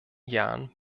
jahren